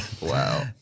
Wow